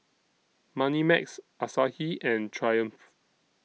Moneymax Asahi and Triumph